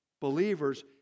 believers